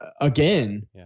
Again